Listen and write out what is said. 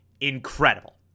incredible